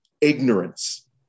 ignorance